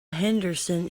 henderson